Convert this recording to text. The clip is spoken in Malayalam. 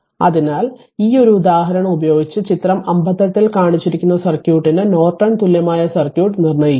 അതിനാൽ ഈ ഒരു ഉദാഹരണം ഉപയോഗിച്ച് ചിത്രം 58 ൽ കാണിച്ചിരിക്കുന്ന സർക്യൂട്ടിന്റെ നോർട്ടൺ തുല്യമായ സർക്യൂട്ട് നിർണ്ണയിക്കുക